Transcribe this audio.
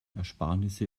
ersparnisse